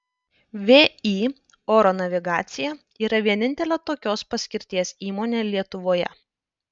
vį oro navigacija yra vienintelė tokios paskirties įmonė lietuvoje